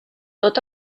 tot